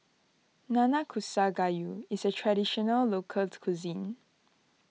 Nanakusa Gayu is a traditional locals cuisine